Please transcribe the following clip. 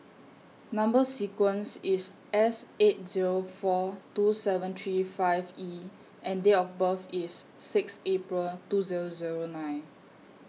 Number sequence IS S eight Zero four two seven three five E and Date of birth IS six April two Zero Zero nine